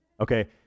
Okay